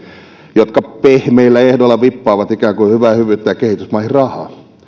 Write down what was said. jotka pehmeillä ehdoilla vippaavat ikään kuin hyvää hyvyyttään kehitysmaihin rahaa